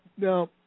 Now